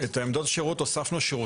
שמירה על פרטיות,